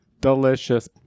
Delicious